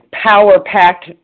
power-packed